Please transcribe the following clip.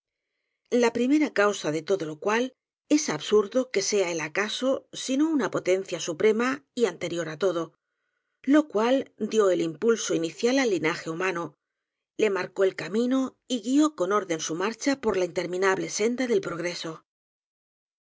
la primera causa de todo lo cual es absurdo que sea el acaso sino una potencia su prema y anterior á todo la cual dió el impulso ini cial al linaje humano le marcó el camino y guió con orden su marcha por la interminable senda del progreso